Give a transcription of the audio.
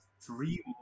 three